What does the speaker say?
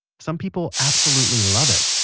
some people absolutely love it,